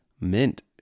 mint